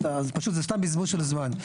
אז פשוט זה סתם בזבוז של זמן.